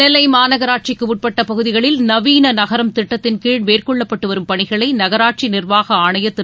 நெல்லை மாநகராட்சிக்குட்பட்ட பகுதிகளில் நவீன நகரம் திட்டத்தின்கீழ் மேற்கொள்ளப்பட்டு வரும் பணிகளை நகராட்சி நிர்வாக ஆணையர் திரு